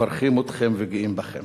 מברכים אתכם וגאים בכם.